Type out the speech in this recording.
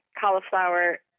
cauliflower